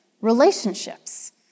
relationships